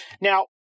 Now